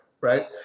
right